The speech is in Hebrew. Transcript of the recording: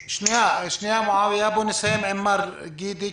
בשיתוף עם משרד הבריאות?